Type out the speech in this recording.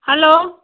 hello